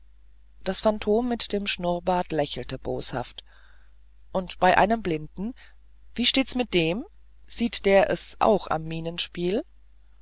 das phantom mit dem schnurrbart lächelte boshaft und bei einem blinden wie steht's mit dem sieht der es auch am